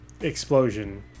explosion